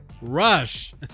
Rush